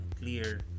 clear